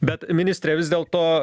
bet ministre vis dėlto